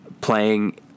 playing